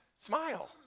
smile